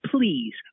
please